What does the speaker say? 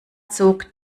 zog